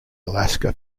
alaska